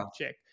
check